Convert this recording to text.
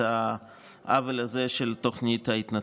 של העוול הזה של תוכנית ההתנתקות.